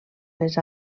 les